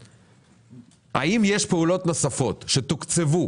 האם יש פעולות נוספות שתוקצבו